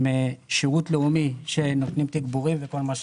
עם שירות לאומי שנותנים תגבורים וכל מה שצריך.